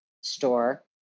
store